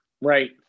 Right